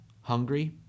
hungry